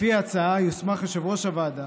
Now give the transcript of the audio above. לפי ההצעה יוסמך יושב-ראש הוועדה,